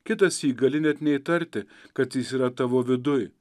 kitąsyk gali net neįtarti kad jis yra tavo viduj